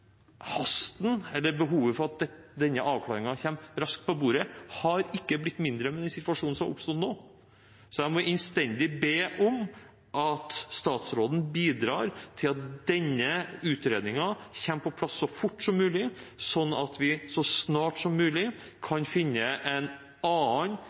behovet for at denne avklaringen kommer raskt på bordet, har ikke blitt mindre med den situasjonen som har oppstått nå. Så jeg må innstendig be om at statsråden bidrar til at denne utredningen kommer på plass så fort som mulig, slik at vi så snart som mulig kan finne en annen